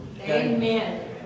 Amen